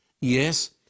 Yes